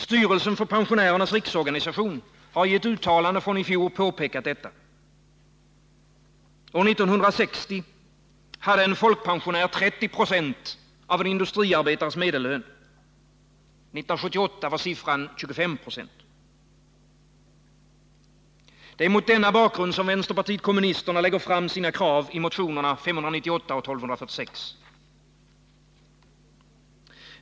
Styrelsen för Pensionärernas riksorganisation har i ett uttalande från i fjor påpekat detta. År 1960 hade en folkpensionär 30 26 av en industriarbetares medellön. 1978 var siffran 25 96. Det är mot denna bakgrund som vänsterpartiet kommunisterna lägger fram sina krav i motionerna 598 och 1246.